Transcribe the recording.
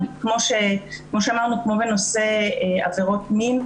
כמו בנושא עבירות מין,